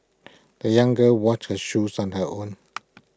the young girl washed her shoes on her own